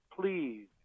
please